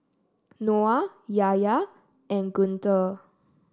Noah Yahya and Guntur